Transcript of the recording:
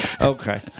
Okay